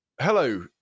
hello